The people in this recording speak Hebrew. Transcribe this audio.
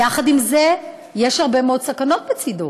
ויחד עם זה, יש הרבה מאוד סכנות בצדו.